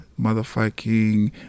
motherfucking